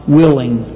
willing